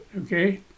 okay